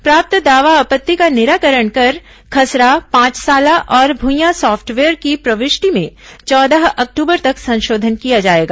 प्राप्त दावा आपत्ति का निराकरण कर खसरा पांचसाला और भुईया सॉफ्टवेयर की प्रविष्टि में चौदह अक्टूबर तक संशोधन किया जाएगा